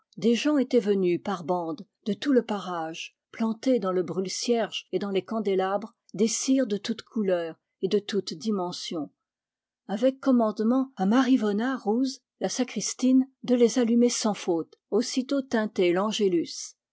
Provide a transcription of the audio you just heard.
des gens étaient venus par bandes de tout le parage planter dans le brûle cierges et dans les candélabres des cires de toutes couleurs et de toutes dimensions avec commandement à mar'yvona rouz la sacristine de les allumer sans faute aussitôt tinté l'angélus